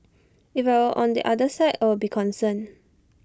if I were on the other side I'd be concerned